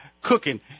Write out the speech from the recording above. cooking